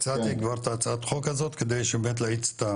הצעתי כבר את הצעת החוק הזאת כדי באמת להריץ.